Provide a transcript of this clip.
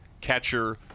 catcher